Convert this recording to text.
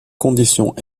conditions